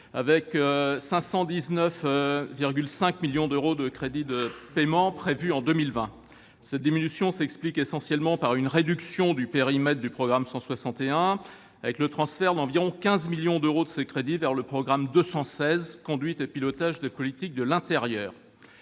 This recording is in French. avec 519,5 millions d'euros de crédits de paiement prévus en 2020. Cette diminution s'explique essentiellement par une réduction du périmètre du programme 161, avec le transfert d'environ 15 millions d'euros de ses crédits vers le programme 216, « Conduite et pilotage des politiques de l'intérieur